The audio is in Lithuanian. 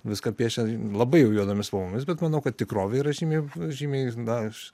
viską piešia labai jau juodomis spalvomis bet manau kad tikrovė yra žymiai žymiai dar